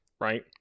right